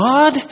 God